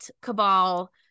Cabal